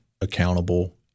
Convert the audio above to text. accountable